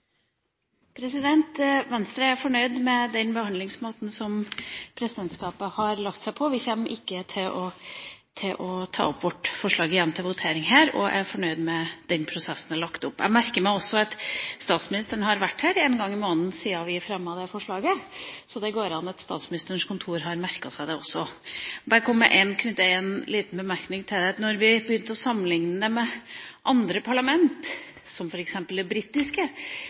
fornøyd med den behandlingsmåten som presidentskapet har lagt seg på. Vi kommer ikke til å ta opp igjen vårt forslag til votering her. Jeg er fornøyd med den prosessen det er lagt opp til. Jeg merker meg at statsministeren har vært her én gang i måneden siden vi fremmet det forslaget, så det er mulig at Statsministerens kontor har merket seg forslaget også. Jeg vil bare knytte en liten bemerkning til det: Vi begynte å sammenlikne oss med andre parlament, f.eks. det britiske,